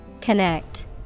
Connect